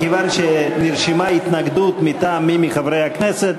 מכיוון שנרשמה התנגדות מטעם מי מחברי הכנסת,